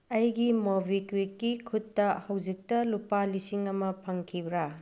ꯑꯩꯒꯤ ꯃꯣꯕꯤꯀ꯭ꯋꯤꯛꯀꯤ ꯈꯨꯠꯇ ꯍꯧꯖꯤꯛꯇ ꯂꯨꯄꯥ ꯂꯤꯁꯤꯡ ꯑꯃ ꯐꯪꯈꯤꯕ꯭ꯔ